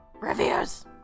reviews